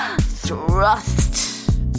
Thrust